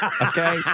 Okay